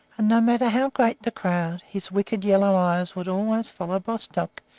and no matter how great the crowd, his wicked yellow eyes would always follow bostock,